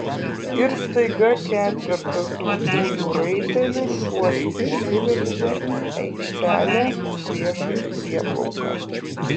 ir staiga ketvertas rudųjų raitelių šuoliais įsiveržė į aikštelę priešais prieplauką